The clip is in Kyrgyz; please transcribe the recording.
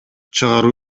чыгаруу